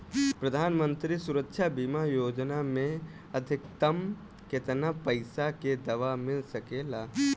प्रधानमंत्री सुरक्षा बीमा योजना मे अधिक्तम केतना पइसा के दवा मिल सके ला?